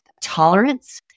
tolerance